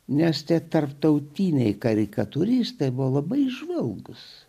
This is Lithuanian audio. nes tie tarptautiniai karikatūristai buvo labai įžvalgūs